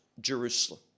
Jerusalem